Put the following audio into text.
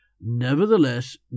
Nevertheless